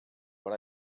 but